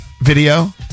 video